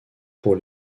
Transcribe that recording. pour